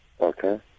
Okay